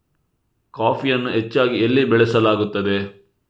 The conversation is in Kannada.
ಕಾಫಿಯನ್ನು ಹೆಚ್ಚಾಗಿ ಎಲ್ಲಿ ಬೆಳಸಲಾಗುತ್ತದೆ?